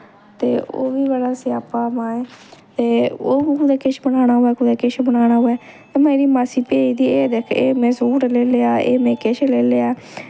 ते ओह् बी बड़ा स्यापा ऐ माए ते हून कुतै किश बनाना होऐ कुतै किश बनाना होऐ ते मेरी मासी भेजदी एह् दिक्ख एह् में सूट लेई लेआ एह् में किश लेई लेआ